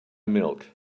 milk